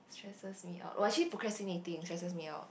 stresses me out oh actually procrastinating stresses me out